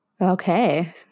Okay